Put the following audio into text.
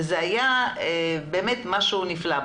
וזה היה באמת משהו נפלא.